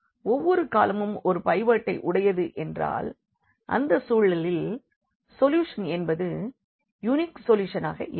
ஒவ்வொரு காலமும் ஒரு பைவட்டை உடையது என்றால் அந்த சூழலில் சொல்யூஷன் என்பது யூனிக் சொல்யூஷனாக இருக்கும்